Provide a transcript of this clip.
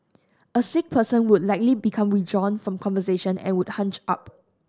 a sick person will likely become withdrawn from conversation and would hunch up